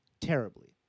terribly